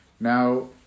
Now